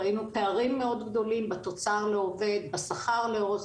ראינו פערים מאוד גדולים בתוצר לעובד בשכר לאורך